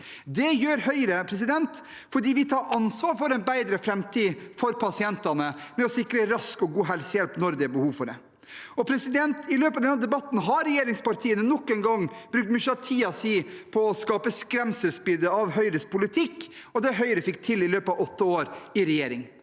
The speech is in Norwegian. Det gjør Høyre fordi vi tar ansvar for en bedre framtid for pasientene, ved å sikre rask og god helsehjelp når det er behov for det. I løpet av denne debatten har regjeringspartiene nok en gang brukt mye av tiden sin på å skape skremselsbilder av Høyres politikk og det Høyre fikk til i løpet av åtte år i regjering.